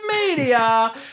media